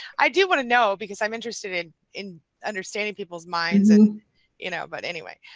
i do want to know because i'm interested in in understanding people's minds and you know, but anyway